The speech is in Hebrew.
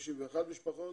51 משפחות,